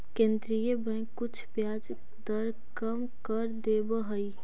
केन्द्रीय बैंक कुछ ब्याज दर कम कर देवऽ हइ